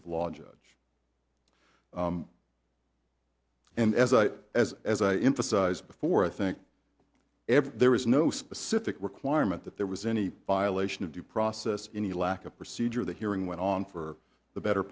of law judge and as i as as i emphasized before i think ever there was no specific requirement that there was any violation of due process any lack of procedure the hearing went on for the better